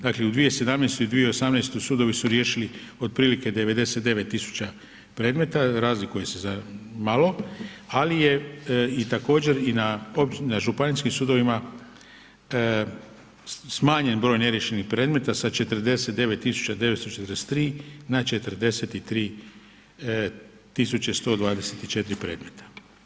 Dakle u 2017. i 2018. sudovi su riješili otprilike 99.000 predmeta razlikuje se za malo, ali je također i na županijskim sudovima smanjen broj neriješenih predmeta sa 49.943 na 43.124 predmeta.